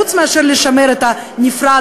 חוץ מאשר לשמר את הנפרד,